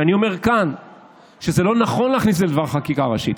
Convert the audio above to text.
ואני אומר כאן שזה לא נכון להכניס לדבר חקיקה ראשית.